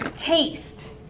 Taste